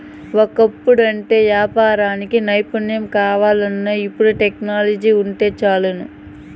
ఒకప్పుడంటే యాపారానికి నైపుణ్యం కావాల్ల, ఇపుడు టెక్నాలజీ వుంటే చాలును